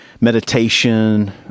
meditation